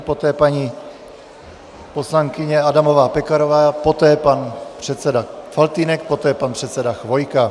Poté paní poslankyně Adamová Pekarová, poté pan předseda Faltýnek, poté pan předseda Chvojka.